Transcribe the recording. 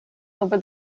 over